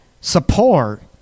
support